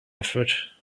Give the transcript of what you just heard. effort